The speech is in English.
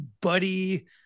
buddy